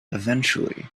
eventually